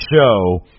show